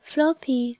Floppy